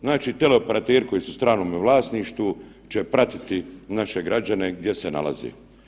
Znači teleoperateri koji su u stranome vlasništvu će pratiti naše građane gdje se nalaze.